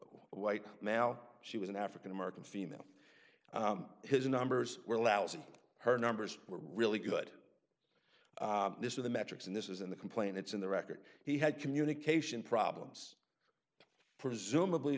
white male she was an african american female his numbers were lousy her numbers were really good this is the metrics and this is in the complaint it's in the record he had communication problems presumably